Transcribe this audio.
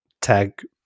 tag